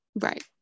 Right